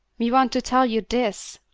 me want to tell you this!